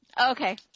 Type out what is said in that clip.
Okay